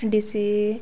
DC